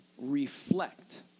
reflect